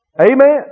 Amen